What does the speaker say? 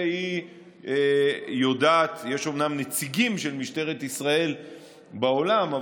יש אומנם נציגים של משטרת ישראל בעולם,